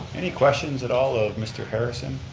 any questions at all of mr. harrison?